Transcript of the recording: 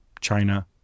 China